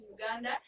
Uganda